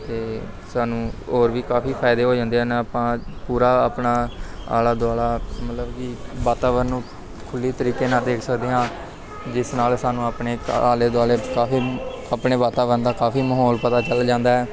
ਅਤੇ ਸਾਨੂੰ ਹੋਰ ਵੀ ਕਾਫ਼ੀ ਫ਼ਾਇਦੇ ਹੋ ਜਾਂਦੇ ਹਨ ਆਪਾਂ ਪੂਰਾ ਆਪਣਾ ਆਲਾ ਦੁਆਲਾ ਮਤਲਬ ਕਿ ਵਾਤਾਵਰਨ ਨੂੰ ਖੁੱਲ੍ਹੀ ਤਰੀਕੇ ਨਾਲ ਦੇਖ ਸਕਦੇ ਹਾਂ ਜਿਸ ਨਾਲ ਸਾਨੂੰ ਆਪਣੇ ਆਲੇ ਦੁਆਲੇ ਕਾਫ਼ੀ ਆਪਣੇ ਵਾਤਾਵਰਨ ਦਾ ਕਾਫ਼ੀ ਮਾਹੌਲ ਪਤਾ ਚੱਲ ਜਾਂਦਾ ਹੈ